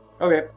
Okay